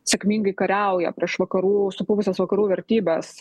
sėkmingai kariauja prieš vakarų supuvusias vakarų vertybes